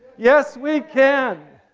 yes we can!